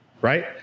right